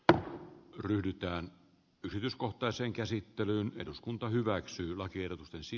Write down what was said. tätä ryhdytään yrityskohtaiseen käsittelyyn eduskunta hyväksyy lakiehdotus ensi